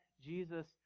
Jesus